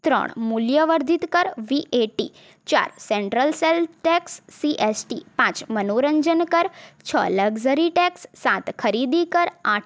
ત્રણ મૂલ્ય વર્ધિત કર વી એ ટી ચાર central sale tax C S T પાંચ મનોરંજન કર છ લકઝરી ટેક્સ સાત ખરીદી કર આઠ ઑ